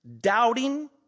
doubting